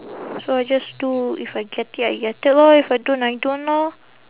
so I just do if I get it I get it lor if I don't I don't lor